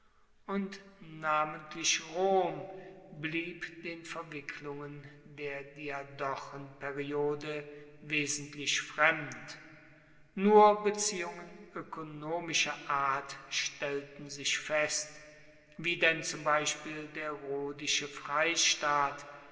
und namentlich rom blieb den verwicklungen der diadochenperiode wesentlich fremd nur beziehungen oekonomischer art stellten sich fest wie denn zum beispiel der rhodische freistaat